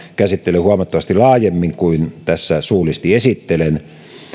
käsittelee huomattavasti laajemmin kuin tässä suullisesti esittelen